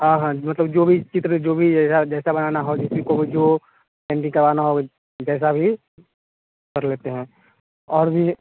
हाँ हाँ मतलब जो भी चित्र जो भी रहेगा जैसा बनाना हो जिसी को जो पेंटिंग करवाना हो जैसा भी कर लेते हैं और भी